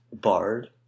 Bard